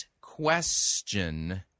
question